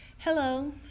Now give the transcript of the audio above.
Hello